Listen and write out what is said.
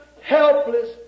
helpless